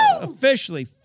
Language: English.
Officially